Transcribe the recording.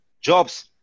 jobs